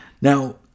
Now